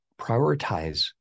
prioritize